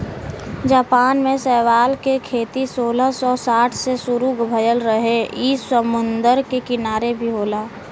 Japan में शैवाल के खेती सोलह सौ साठ से शुरू भयल रहे इ समुंदर के किनारे भी होला